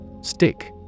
Stick